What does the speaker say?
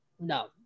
no